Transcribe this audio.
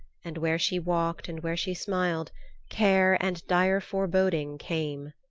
and where she walked and where she smiled care and dire foreboding came.